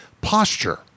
posture